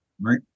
right